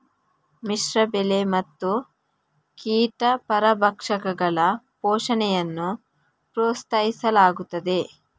ಮಿಶ್ರ ಬೆಳೆ ಮತ್ತು ಕೀಟ ಪರಭಕ್ಷಕಗಳ ಪೋಷಣೆಯನ್ನು ಪ್ರೋತ್ಸಾಹಿಸಲಾಗುತ್ತದೆ